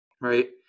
right